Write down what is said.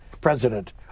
president